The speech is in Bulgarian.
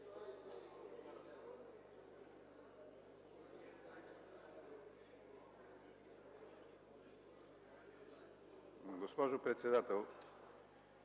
Госпожо председател,